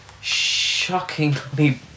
shockingly